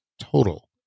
total